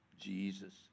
Jesus